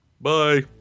Bye